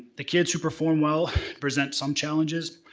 the kids who perform well present some challenges.